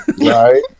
Right